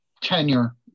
tenure